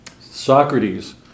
Socrates